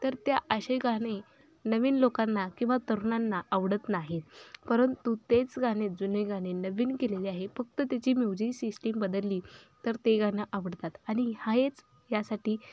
तर त्या असे गाणे नवीन लोकांना किंवा तरुणांना आवडत नाही परंतु तेच गाणे जुने गाणे नवीन केलेले आहे फक्त त्याची म्युझिक सिस्टीम बदलली तर ते गाणं आवडतात आणि ह्याच यासाठी